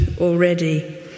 already